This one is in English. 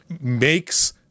makes